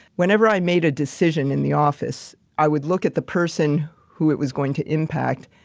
whenever i made a decision in the office, i would look at the person who it was going to impact.